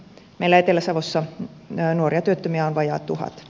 meillä etelä savossa nuoria työttömiä on vajaa tuhat